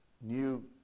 new